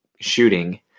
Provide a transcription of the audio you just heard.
shooting